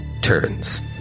turns